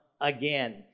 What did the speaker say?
again